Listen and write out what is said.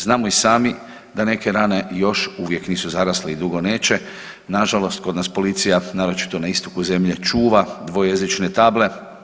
Znamo i sami da neke rane još uvijek nisu zarasle i dugo neće, nažalost kod nas policija, naročito na istoku zemlje čuva dvojezične table.